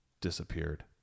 disappeared